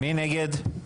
מי נגד?